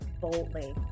boldly